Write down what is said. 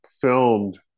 filmed